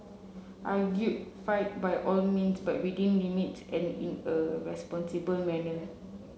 argue fight by all means but within limits and in a responsible manner